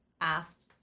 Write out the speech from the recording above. asked